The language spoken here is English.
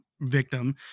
victim